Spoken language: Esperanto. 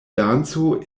danco